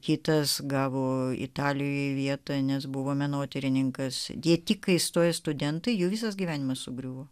kitas gavo italijoje vieta nes buvo menotyrininkas jie tik ką įstoję studentai jų visas gyvenimas sugriuvo